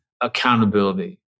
accountability